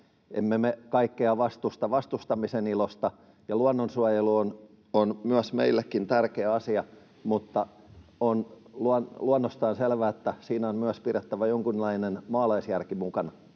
emme me kaikkea vastusta vastustamisen ilosta ja luonnonsuojelu on meillekin tärkeä asia, mutta on luonnostaan selvää, että siinä on myös pidettävä jonkunlainen maalaisjärki mukana.